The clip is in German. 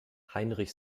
heinrich